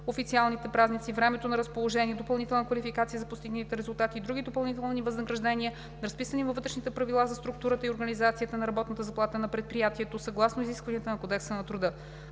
официалните празници, времето на разположение, допълнителна квалификация, за постигнати резултати и други допълнителни възнаграждения, разписани във Вътрешните правила за структурата и организацията на работната заплата на предприятието съгласно изискванията на Кодекса на труда.